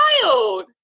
child